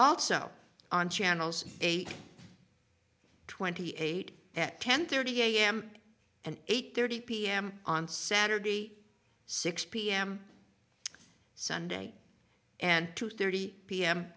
also on channels eight twenty eight at ten thirty a m and eight thirty p m on saturday six p m sunday and two thirty p